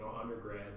undergrad